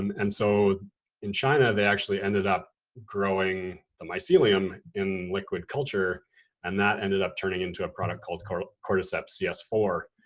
and and so in china, they actually ended up growing the mycelium in liquid culture and that ended up turning into a product called called cordyceps c s four.